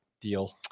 deal